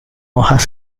hojas